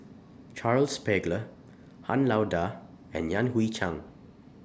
Charles Paglar Han Lao DA and Yan Hui Chang